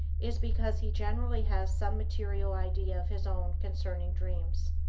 is because he generally has some material idea of his own concerning dreams.